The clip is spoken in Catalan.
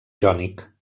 jònic